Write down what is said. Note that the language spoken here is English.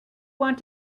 want